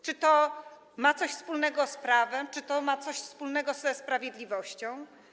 Czy to ma coś wspólnego z prawem, czy to ma coś wspólnego ze sprawiedliwością?